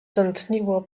tętniło